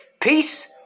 Peace